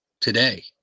today